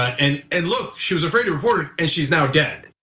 and and look, she was afraid to report, and she's now dead.